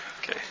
Okay